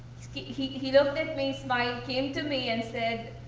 he he looked at me, smiled, came to me and said,